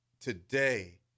today